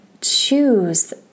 choose